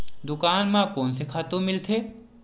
दुकान म कोन से खातु मिलथे?